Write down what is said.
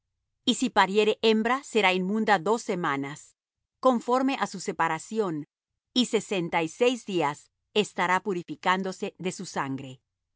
y si pariere hembra será inmunda dos semanas conforme á su separación y sesenta y seis días estará purificándose de su sangre